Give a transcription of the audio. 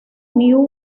new